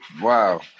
wow